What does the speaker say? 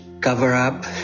cover-up